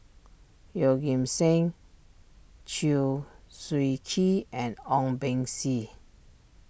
Yeoh Ghim Seng Chew Swee Kee and Ong Beng Seng